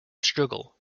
struggle